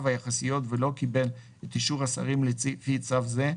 היחסיות ולא קיבל את אישור השרים לפי צו זה,